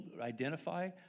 identify